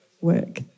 work